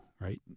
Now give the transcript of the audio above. right